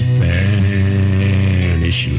Spanish